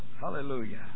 Hallelujah